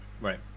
Right